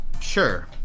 sure